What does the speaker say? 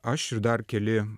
aš ir dar keli